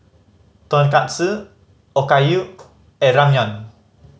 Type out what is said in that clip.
Tonkatsu Okayu and Ramyeon